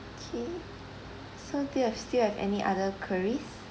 okay so do you still have any other queries